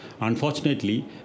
Unfortunately